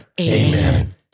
Amen